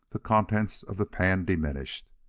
the contents of the pan diminished.